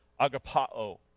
agapao